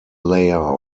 layer